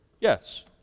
Yes